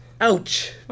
ouch